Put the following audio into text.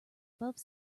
above